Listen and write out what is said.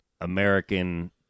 American